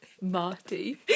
Marty